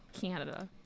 Canada